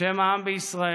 בשם העם בישראל,